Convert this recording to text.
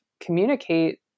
communicate